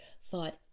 thought